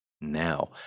now